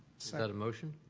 that a motion?